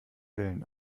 wellen